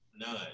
None